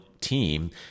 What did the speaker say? team